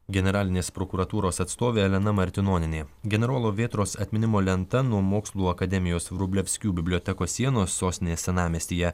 generalinės prokuratūros atstovė elena martinonienė generolo vėtros atminimo lenta nuo mokslų akademijos vrublevskių bibliotekos sienos sostinės senamiestyje